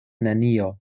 nenio